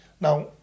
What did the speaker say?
Now